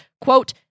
Quote